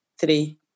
three